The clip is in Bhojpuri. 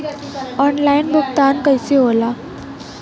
ऑनलाइन भुगतान कईसे होला?